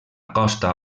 costa